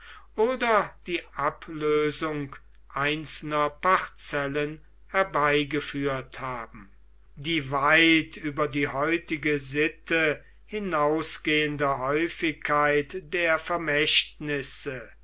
oder die ablösung einzelner parzellen herbeigeführt haben die weit über die heutige sitte hinausgehende häufigkeit der vermächtnisse